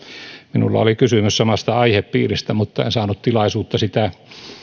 minulla oli kysymys samasta aihepiiristä mutta en saanut tilaisuutta sitä